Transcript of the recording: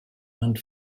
and